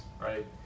right